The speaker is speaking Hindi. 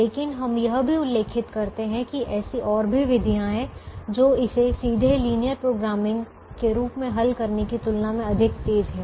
लेकिन हम यह भी उल्लेखित करते है कि ऐसी और भी विधियाँ है जो इसे सीधे लीनियर प्रोग्रामिंग के रूप में हल करने की तुलना में अधिक तेज है